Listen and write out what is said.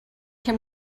him